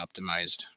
optimized